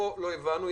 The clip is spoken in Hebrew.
פה לא הבנו.